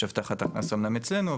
יש הבטחת הכנסה גם אצלנו,